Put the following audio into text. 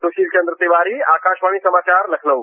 सुशील चंद्र तिवारी आकाशवाणी समाचार लखनऊ